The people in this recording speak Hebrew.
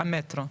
המטרו.